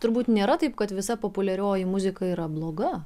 turbūt nėra taip kad visa populiarioji muzika yra bloga